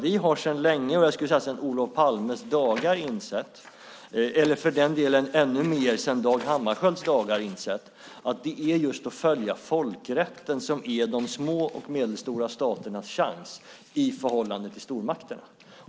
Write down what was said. Vi har sedan länge, ända sedan Dag Hammarskiölds och Olof Palmes dagar, insett att det är just att följa folkrätten som är de små och medelstora staternas chans i förhållande till stormakterna.